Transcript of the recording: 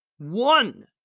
One